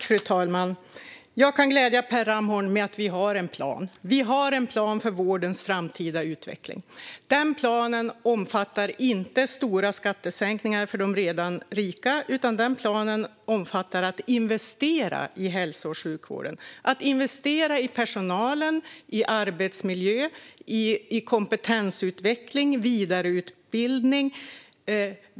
Fru talman! Jag kan glädja Per Ramhorn med att vi har en plan. Vi har en plan för vårdens framtida utveckling. Den omfattar inte stora skattesänkningar för de redan rika, utan den omfattar investeringar i hälso och sjukvården, investeringar i personalen, i arbetsmiljön och i kompetensutveckling och vidareutbildning.